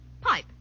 pipe